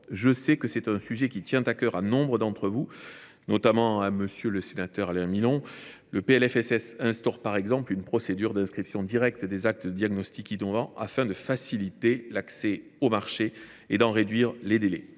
un sujet qui, je le sais, est cher à nombre d’entre vous, notamment à M. le sénateur Alain Milon. Le PLFSS instaure par exemple une procédure d’inscription directe des actes de diagnostic innovants, afin de faciliter l’accès au marché et d’en réduire les délais.